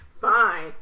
Fine